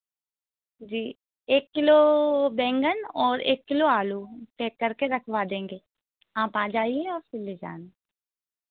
जी एक किलो बैंगन और एक किलो आलू पैक करके रखवा देंगे आप आ जाईए और फिर ले जाना